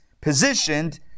positioned